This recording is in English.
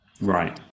Right